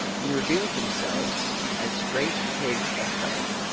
and revealed themselves as great pigs of lead.